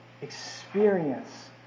experience